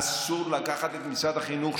אסור לקחת את משרד החינוך,